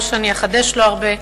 לא שאני אחדש לו הרבה,